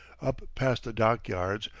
up past the dockyards,